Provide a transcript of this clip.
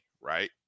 right